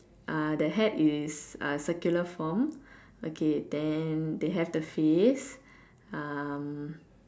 uh the hat is uh circular form okay then they have the face um